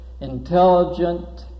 intelligent